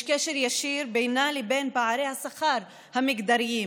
יש קשר ישיר בינה לבין פערי השכר המגדריים,